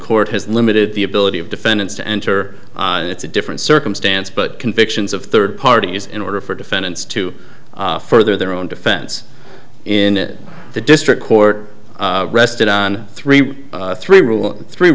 court has limited the ability of defendants to enter and it's a different circumstance but convictions of third parties in order for defendants to further their own defense in the district court rested on three three